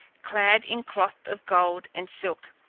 clad in cloth of gold and silk,